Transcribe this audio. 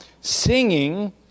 singing